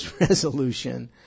resolution